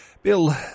Bill